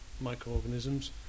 microorganisms